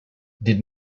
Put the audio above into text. did